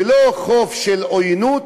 ולא חוף של עוינות,